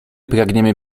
pragniemy